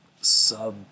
sub